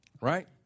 right